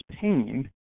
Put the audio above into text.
pain